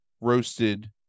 roasted